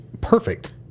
perfect